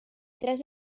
tres